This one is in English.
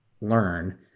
learn